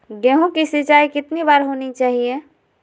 गेहु की सिंचाई कितनी बार होनी चाहिए?